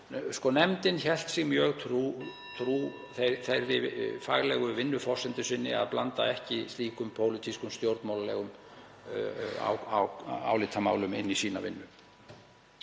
Nei, nefndin hélt sig mjög trú þeirri faglegu vinnuforsendu sinni að blanda ekki slíkum stjórnmálalegum álitamálum inn í sína vinnu.